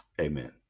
Amen